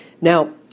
Now